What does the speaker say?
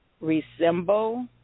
resemble